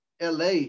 LA